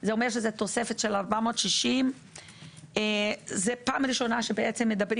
זה אומר שזאת תוספת של 460. זאת פעם ראשונה שמדברים